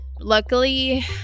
luckily